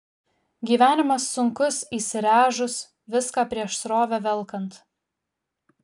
gyvenimas sunkus įsiręžus viską prieš srovę velkant